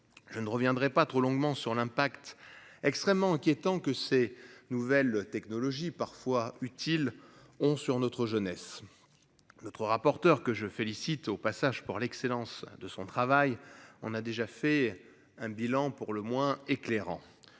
Je ne reviendrai pas trop longuement sur l'impact extrêmement inquiétant que ces nouvelles technologies parfois utile on sur notre jeunesse. Notre rapporteur que je félicite au passage pour l'excellence de son travail. On a déjà fait un bilan pour le moins éclairant,